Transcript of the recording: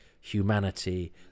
humanity